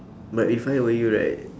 but if I were you right